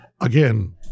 again